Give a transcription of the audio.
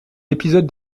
épisode